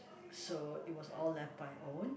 so it was all own